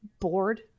bored